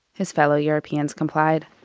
his fellow europeans complied